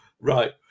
right